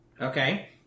okay